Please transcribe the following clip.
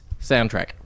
soundtrack